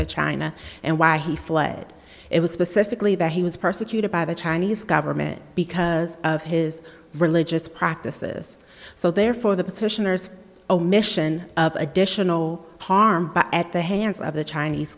to china and why he fled it was specifically that he was persecuted by the chinese government because of his religious practices so therefore the petitioners omission of additional harm at the hands of the chinese